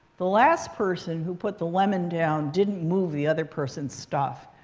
the last person who put the lemon down didn't move the other person's stuff.